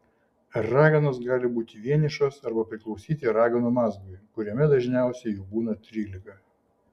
raganos gali būti vienišos arba priklausyti raganų mazgui kuriame dažniausiai jų būna trylika